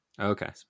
Okay